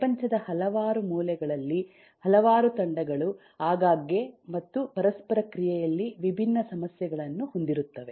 ಪ್ರಪಂಚದ ಹಲವಾರು ಮೂಲೆಗಳಲ್ಲಿ ಹಲವಾರು ತಂಡಗಳು ಆಗಾಗ್ಗೆ ಮತ್ತು ಪರಸ್ಪರ ಕ್ರಿಯೆಯಲ್ಲಿ ವಿಭಿನ್ನ ಸಮಸ್ಯೆಗಳನ್ನು ಹೊಂದಿರುತ್ತವೆ